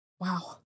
Wow